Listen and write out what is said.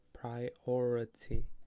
priority